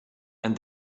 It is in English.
and